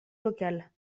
local